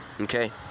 okay